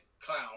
clown